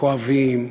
כואבים,